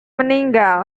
meninggal